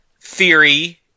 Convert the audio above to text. theory